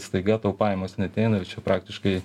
staiga tau pajamos neateina ir čia praktiškai